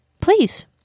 please